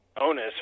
onus